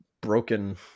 broken